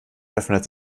öffnet